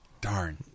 Darn